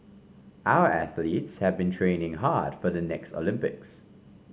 our athletes have been training hard for the next Olympics